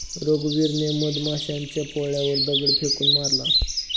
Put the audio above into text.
रघुवीरने मधमाशांच्या पोळ्यावर दगड फेकून मारला